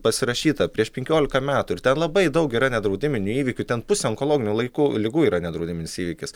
pasirašyta prieš penkiolika metų ir ten labai daug yra nedraudiminių įvykių ten pusė onkologinių laikų ligų yra nedraudiminis įvykis